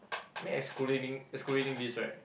I mean excluding excluding this right